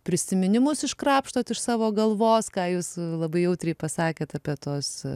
prisiminimus iškrapštot iš savo galvos ką jūs labai jautriai pasakėt apie tuos